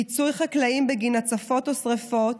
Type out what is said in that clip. על פיצוי חקלאים בגין הצפות ושרפות,